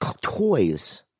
toys